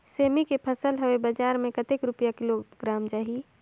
सेमी के फसल हवे बजार मे कतेक रुपिया किलोग्राम जाही?